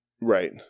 Right